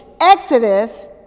exodus